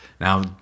Now